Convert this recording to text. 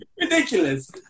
Ridiculous